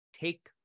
take